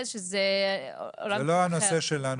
זה לא הנושא שלנו.